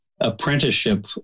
apprenticeship